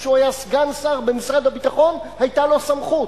כשהוא היה סגן שר במשרד הביטחון היתה לו סמכות.